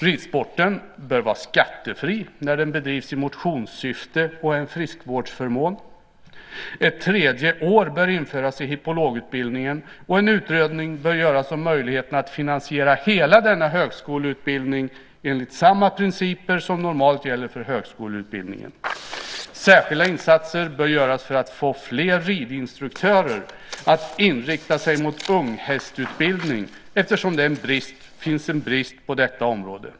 Ridsporten bör vara skattefri när den bedrivs i motionssyfte och är en friskvårdsförmån. Ett tredje år bör införas i hippologutbildningen, och en utredning bör göras om möjligheterna att finansiera hela denna högskoleutbildning enligt samma principer som normalt gäller för högskoleutbildning. Särskilda insatser bör göras för att få fler ridinstruktörer att inrikta sig mot unghästutbildning eftersom det finns en brist på detta område.